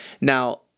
Now